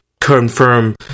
confirm